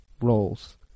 Roles